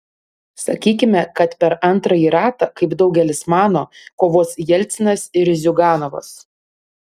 sakykime kad per antrąjį ratą kaip daugelis mano kovos jelcinas ir ziuganovas